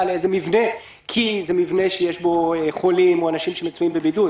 לאיזה מבנה כי זה מבנה שיש בו חולים או אנשים שמצויים בבידוד.